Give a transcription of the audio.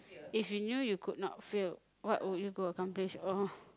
if you knew you could not fail what would you go accomplish oh